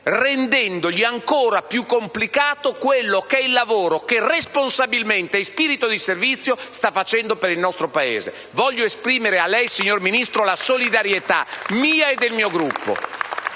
rendendogli ancora più complicato il lavoro che, responsabilmente e con spirito di servizio, sta facendo per il nostro Paese. Voglio esprimere a lei, signor Ministro, la solidarietà mia e del mio Gruppo.